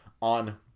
on